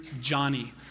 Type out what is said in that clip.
Johnny